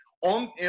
on